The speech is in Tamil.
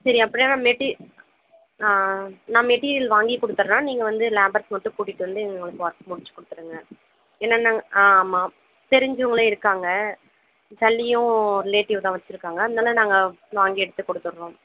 சரி அப்படியானா மெட்டீரியல் நான் மெட்டீரியல் வாங்கிக் கொடுத்திர்றேன் நீங்கள் வந்து லேபர்ஸ்சும் மட்டும் கூட்டிகிட்டு வந்து எங்களுக்கு ஒர்க் முடிச்சுக் கொடுத்துருங்க ஏன்னா நாங்கள் ஆமாம் தெரிஞ்சவங்ளே இருக்காங்க சல்லியும் ரிலேட்டிவ் தான் வச்சுருக்காங்க நாங்கள் வாங்கி எடுத்துக் கொடுத்துர்றோம்